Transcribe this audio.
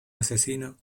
asesino